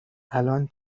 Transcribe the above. الان